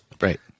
right